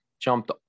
Jumped